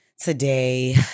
today